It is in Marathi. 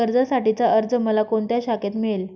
कर्जासाठीचा अर्ज मला कोणत्या शाखेत मिळेल?